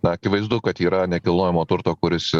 na akivaizdu kad yra nekilnojamo turto kuris